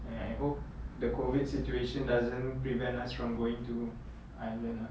I hope the COVID situation doesn't prevent us from going to ireland ah